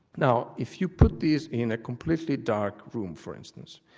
now if you put these in a completely dark room for instance,